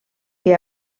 que